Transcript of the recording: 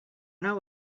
know